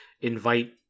invite